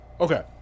Okay